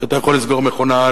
אתה יכול לסגור מכונה,